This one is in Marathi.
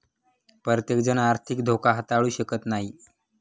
प्रत्येकजण आर्थिक धोका हाताळू शकत नाही